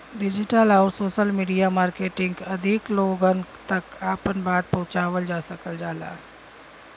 digital आउर social media marketing अधिक लोगन तक आपन बात पहुंचावल जा सकल जाला